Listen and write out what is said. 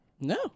No